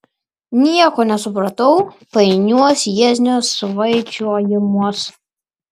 nieko nesupratau painiuos jieznio svaičiojimuos